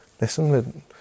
listen